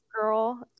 girl